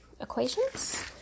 equations